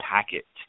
Packet